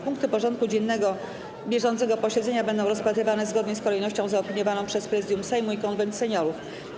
Punkty porządku dziennego bieżącego posiedzenia będą rozpatrywane zgodnie z kolejnością zaopiniowaną przez Prezydium Sejmu i Konwent Seniorów.